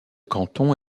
canton